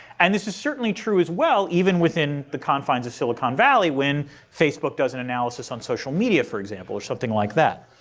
and this is certainly true as well even within the confines of silicon valley when facebook does an analysis on social, media, for example or something like that.